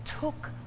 took